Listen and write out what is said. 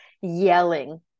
yelling